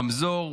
רמזור,